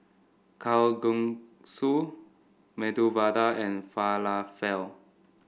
Kalguksu Medu Vada and Falafel